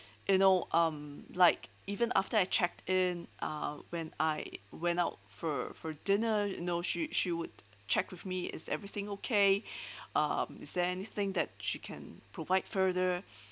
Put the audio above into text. you know um like even after I checked in uh when I went out for for dinner you know she she would check with me is everything okay um is there anything that she can provide further